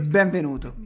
benvenuto